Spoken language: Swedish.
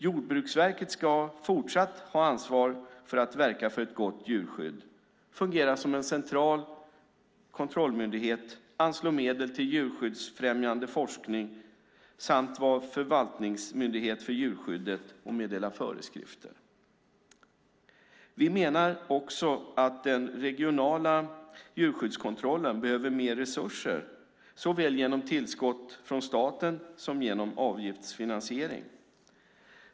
Jordbruksverket ska fortsatt ha ansvar för att verka för ett gott djurskydd, fungera som en central kontrollmyndighet, anslå medel till djurskyddsfrämjande forskning samt vara förvaltningsmyndighet för djurskyddet och meddela föreskrifter. Vi menar också att den regionala djurskyddskontrollen behöver mer resurser såväl genom tillskott från staten som genom avgiftsfinansiering.